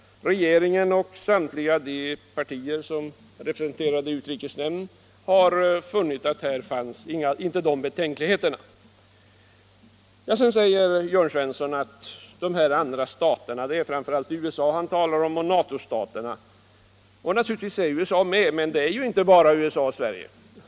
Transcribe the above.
Inte heller regeringen eller något av de partier som är representerade i utrikesnämnden har funnit det. Herr Svensson i Malmö säger att NATO-staterna, framför allt USA, är med i detta avtal. Det är alltså inte bara USA och Sverige.